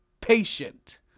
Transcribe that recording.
patient